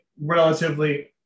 relatively